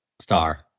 Star